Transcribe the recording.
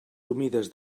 humides